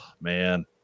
Man